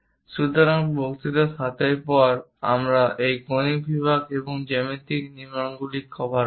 সুতরাং বক্তৃতা 7 এর পর আমরা এই কনিক বিভাগ এবং জ্যামিতিক নির্মাণগুলি কভার করি